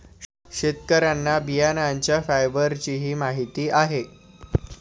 शेतकऱ्यांना बियाण्यांच्या फायबरचीही माहिती आहे